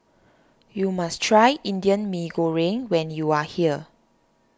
you must try Indian Mee Goreng when you are here